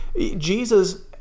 Jesus